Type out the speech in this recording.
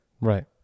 right